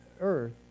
earth